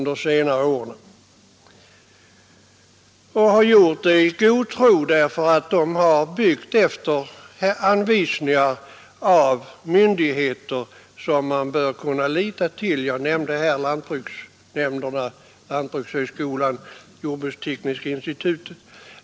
De har då gjort det i god tro därför att de byggt efter anvisningar från sådana myndigheter som man bör kunna lita till — jag nämnde här lantbruksnämnderna, lantbrukshögskolan och jordbrukstekniska institutet.